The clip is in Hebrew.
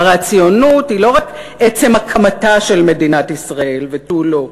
והרי הציונות היא לא רק עצם הקמתה של מדינת ישראל ותו-לא,